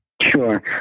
Sure